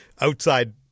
outside